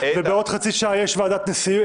ובעוד חצי שעה יש ישיבת נשיאות.